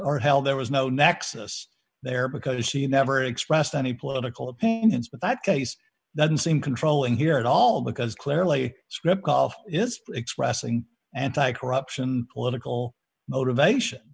cartel there was no nexus there because she never expressed any political opinions but that case doesn't seem controlling here at all because clearly script call is expressing anticorruption political motivation